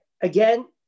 Again